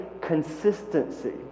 consistency